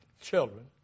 children